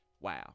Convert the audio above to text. wow